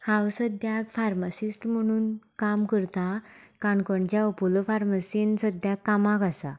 हांव सद्द्याक फार्मासिस्ट म्हणून काम करतां काणकोणच्या ओपोलो फार्मसींत सद्द्याक कामाक आसा